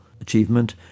achievement